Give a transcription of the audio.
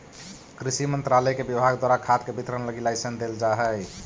कृषि मंत्रालय के विभाग द्वारा खाद के वितरण लगी लाइसेंस देल जा हइ